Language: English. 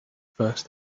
first